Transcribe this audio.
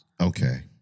Okay